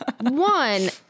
one